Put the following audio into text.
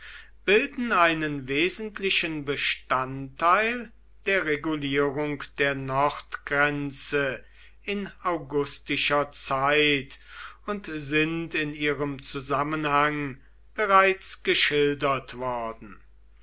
bilden einen wesentlichen bestandteil der regulierung der nordgrenze in augustischer zeit und sind in ihrem zusammenhang bereits geschildert worden